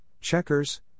checkers